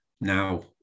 Now